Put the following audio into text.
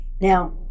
Now